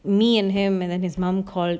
me and him and then his mum called